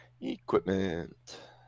Equipment